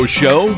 show